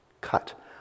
cut